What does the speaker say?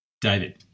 David